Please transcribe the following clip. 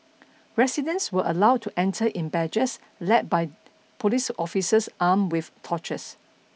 residents were allowed to enter in badges led by police officers armed with torches